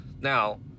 Now